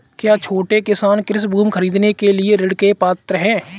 क्या छोटे किसान कृषि भूमि खरीदने के लिए ऋण के पात्र हैं?